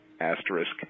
Asterisk